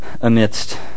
amidst